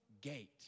gate